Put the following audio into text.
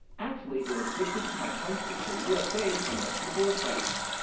actually it was gifted to my, country the usa from the people of france